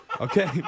Okay